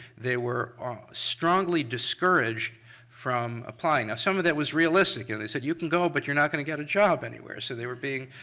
they were strongly discouraged from applying. now some of that was realistic, and they said you can go, but you're not going to get a job anywhere. so they were being,